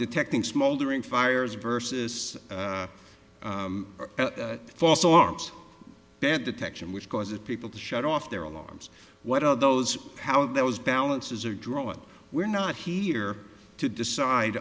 detecting smoldering fires versus false alarms bad detection which causes people to shut off their alarms what are those how that was balances are drawn we're not here to decide